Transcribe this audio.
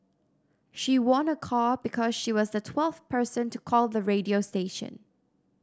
she won a car because she was the twelfth person to call the radio station